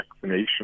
vaccination